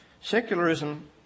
secularism